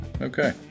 Okay